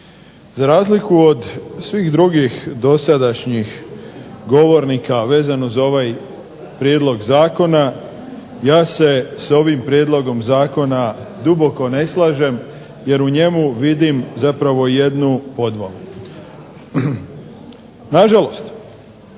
Za razliku od svih drugih dosadašnjih govornika vezano za ovaj prijedlog zakona ja se s ovim prijedlogom zakona duboko ne slažem jer u njemu vidim zapravo jednu podvalu. Nažalost,